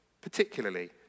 particularly